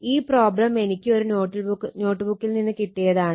ഈ പ്രോബ്ലം എനിക്ക് ഒരു നോട്ട്ബുക്കിൽ നിന്ന് കിട്ടിയതാണ്